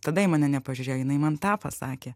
tada į mane nepažiūrėjo jinai man tą pasakė